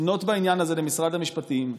לפנות בעניין הזה למשרד המשפטים,